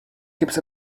keeps